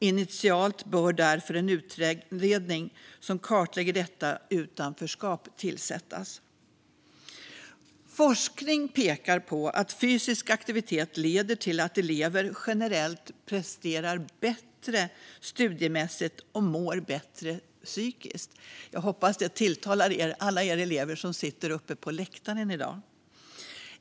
Initialt bör därför en utredning som kartlägger detta utanförskap tillsättas. Forskning pekar på att fysisk aktivitet leder till att elever generellt presterar bättre studiemässigt och mår bättre psykiskt. Jag hoppas att det tilltalar alla er elever som sitter på läktaren här i dag.